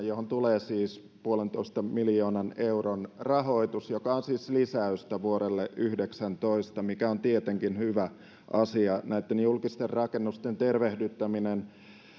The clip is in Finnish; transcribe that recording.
johon tulee siis yhden pilkku viiden miljoonan euron rahoitus joka on siis lisäystä vuodelle yhdeksäntoista mikä on tietenkin hyvä asia näitten julkisten rakennusten tervehdyttäminen